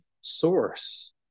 source